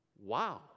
wow